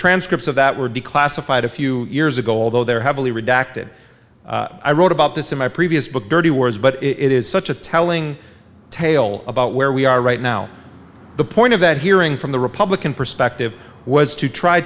ranscripts of that were declassified a few years ago although there have only redacted i wrote about this in my previous book dirty wars but it is such a telling tale about where we are right now the point of that hearing from the republican perspective was to try